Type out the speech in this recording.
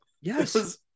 Yes